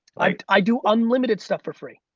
like i do unlimited stuff for free.